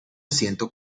ciento